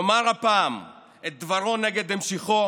לומר הפעם את דברו נגד המשכו